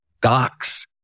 Docs